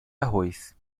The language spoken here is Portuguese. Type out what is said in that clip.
arroz